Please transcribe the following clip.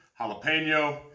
jalapeno